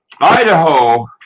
Idaho